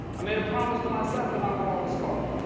i made a promise to myself, and i will always follow,